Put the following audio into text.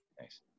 nice